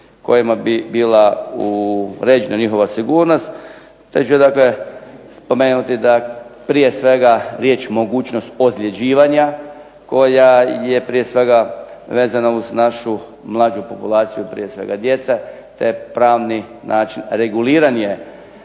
kojima bi bila uređena njihova sigurnost te ću dakle spomenuti da prije svega riječ mogućnost ozljeđivanja koja je prije svega vezana uz našu mlađu populaciju, prije svega djece te pravni način. Reguliranje